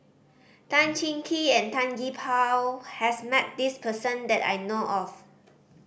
Tan Cheng Kee and Tan Gee Paw has met this person that I know of